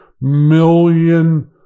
million